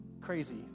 crazy